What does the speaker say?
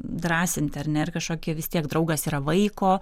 drąsinti ar ne ar kažkokia vis tiek draugas yra vaiko